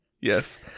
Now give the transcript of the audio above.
Yes